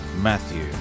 matthew